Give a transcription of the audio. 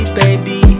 baby